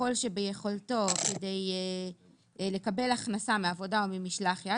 ככל שביכולתו כדי לקבל הכנסה מעבודה או ממשלח יד,